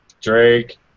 Drake